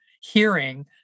hearing